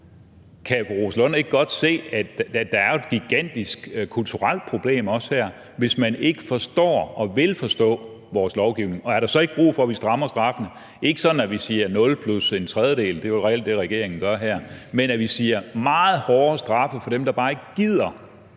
kan fru Rosa Lund ikke se, at der er et gigantisk kulturelt problem her, hvis ikke man forstår eller vil forstå vores lovgivning? Og er der så ikke brug for, at vi strammer straffene? Det skal ikke være sådan, at vi siger nul plus en tredjedel – det er jo reelt det, regeringen gør her – men vi skal sige meget hårdere straffe til dem, der bare ikke gider